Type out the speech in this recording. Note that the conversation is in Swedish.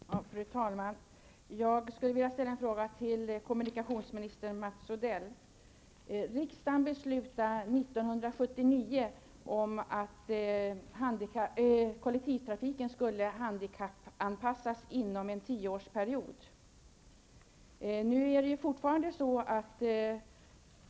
Fru talman! Jag skulle vilja ställa en fråga till kommunikationsminister Mats Odell. Riksdagen beslutade 1979 att kollektivtrafiken skulle handikappanpassas inom en tioårsperiod.